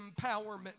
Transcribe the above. empowerment